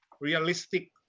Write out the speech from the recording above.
realistic